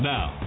Now